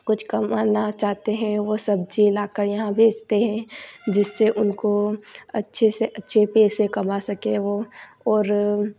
कुछ कमाना चाहते हैं वो सब्जी लाकर यहाँ बेचते हैं जिससे उनको अच्छे से अच्छे पैसे कमा सकें वो और